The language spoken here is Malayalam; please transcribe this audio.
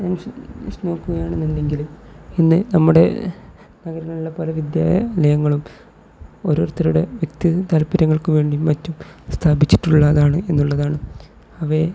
ലീസ്റ്റ് നോക്കുകയാണെന്നുണ്ടെങ്കിൽ ഇന്ന് നമ്മുടെ നഗരങ്ങളെ പോലെ വിദ്യാലയങ്ങളും ഓരോരുത്തരുടെ വ്യക്തി താല്പര്യങ്ങൾക്കു വേണ്ടി മറ്റും സ്ഥാപിച്ചിട്ടുള്ളതാണ് എന്നുള്ളതാണ് അവയെ